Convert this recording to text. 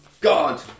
God